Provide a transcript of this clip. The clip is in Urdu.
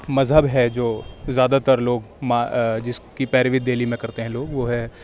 مذہب ہے جو زیادہ تر لوگ ما جس کی پیروی دہلی میں کرتے ہیں لوگ وہ ہے